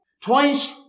Twice